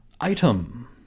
Item